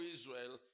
Israel